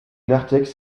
narthex